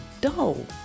dull